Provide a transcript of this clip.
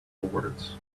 words